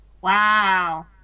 Wow